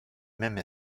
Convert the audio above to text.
même